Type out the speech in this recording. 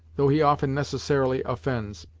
though he often necessarily offends,